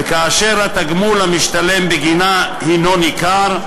וכאשר התגמול המשתלם בגינה הנו ניכר.